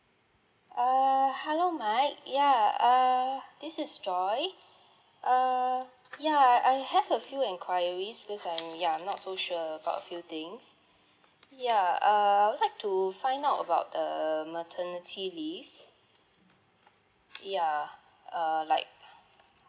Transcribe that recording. err hello mike ya err this is joy uh ya I have a few enquiries because I'm ya I'm not so sure about a few things ya err I would like to find out about the maternity leaves yeah uh like